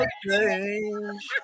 change